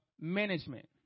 management